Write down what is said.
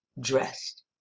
dressed